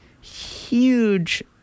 huge